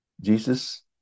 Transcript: Jesus